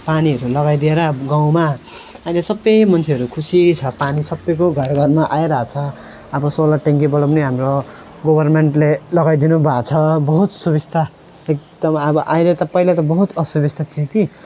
पानीहरू लगाइदिएर अब गाउँमा अहिले सब मान्छेहरू खुसी छ पानी सबको घर घरमा आइरहेको छ अब सोलर ट्याङ्कीबाट पनि हाम्रो गभर्मेन्टले लगाइदिनु भएको छ बहुत सुबिस्ता एकदम अब अहिले त पहिला त बहुत असुबिस्ता थियो कि